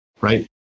right